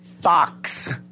Fox